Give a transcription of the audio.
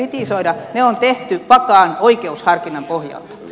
ne on tehty vakaan oikeusharkinnan pohjalta